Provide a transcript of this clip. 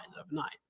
overnight